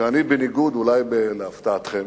שאני בניגוד, אולי להפתעתכם,